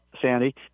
Sandy